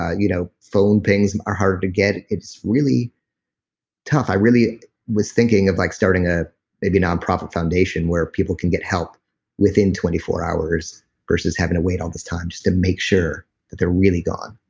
ah you know phone pings are hard to get. it's really tough. i really was thinking of like starting ah maybe a nonprofit foundation where people can get help within twenty four hours versus having to wait all this time to to make sure that they're really gone